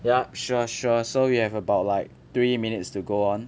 yup sure sure so we have about like three minutes to go on